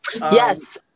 Yes